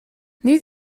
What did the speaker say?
niet